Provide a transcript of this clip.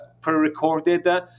pre-recorded